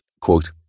Quote